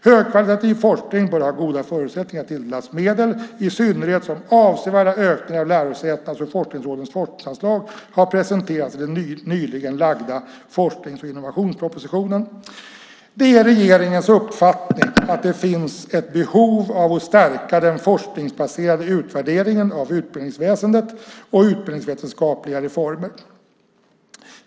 Högkvalitativ forskning bör ha goda förutsättningar att tilldelas medel, i synnerhet som avsevärda ökningar av lärosätenas och forskningsrådens forskningsanslag har presenterats i den nyligen lagda forsknings och innovationspropositionen. Det är regeringens uppfattning att det finns ett behov av att stärka den forskningsbaserade utvärderingen av utbildningsväsendet och utbildningsvetenskapliga reformer.